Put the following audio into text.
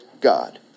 God